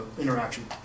interaction